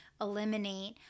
eliminate